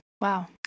Wow